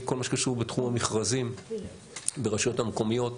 כל מה שקשור בתחום המכרזים ברשויות המקומיות,